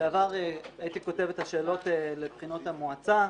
בעבר הייתי כותב את השאלות לבחינות המועצה,